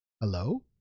Hello